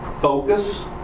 Focus